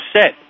set